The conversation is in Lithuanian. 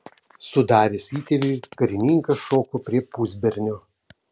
sudavęs įtėviui karininkas šoko prie pusbernio